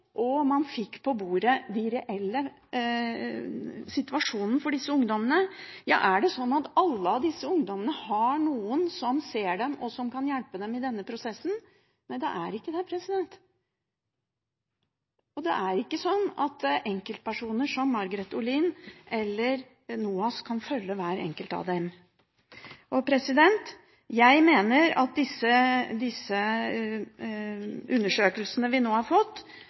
og man fikk på bordet den reelle situasjonen for disse ungdommene. Er det slik at alle av disse ungdommene har noen som ser dem og som kan hjelpe dem i denne prosessen? Nei, det er ikke det. Det er ikke sånn at enkeltpersoner som Margreth Olin eller NOAS kan følge hver enkelt av dem. Jeg mener at disse undersøkelsene vi nå har fått,